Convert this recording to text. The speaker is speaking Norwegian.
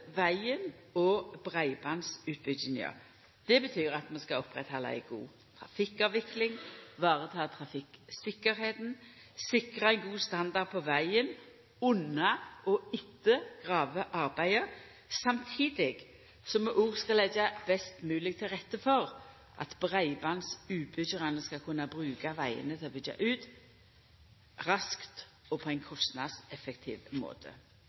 vegen og breibandsutbygginga. Det betyr at vi skal oppretthalda ei god trafikkavvikling, ivareta trafikktryggleiken, sikra ein god standard på vegen under og etter gravearbeidet, samtidig som vi skal leggja best mogleg til rette for at breibandsutbyggjarane skal kunna bruka vegane til å byggja ut raskt og på ein kostnadseffektiv måte.